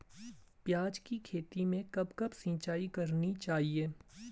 प्याज़ की खेती में कब कब सिंचाई करनी चाहिये?